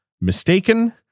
mistaken